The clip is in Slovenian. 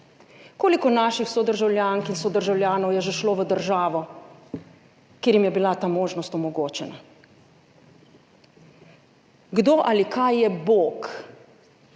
Koliko naših sodržavljank in sodržavljanov je že šlo v državo, kjer jim je bila ta možnost omogočena? Kdo ali kaj je Bog?